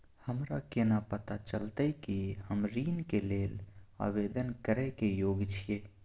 हमरा केना पता चलतई कि हम ऋण के लेल आवेदन करय के योग्य छियै?